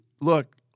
look